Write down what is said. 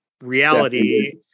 reality